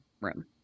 room